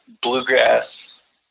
bluegrass